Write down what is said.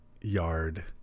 yard